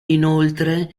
inoltre